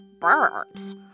birds